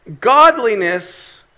godliness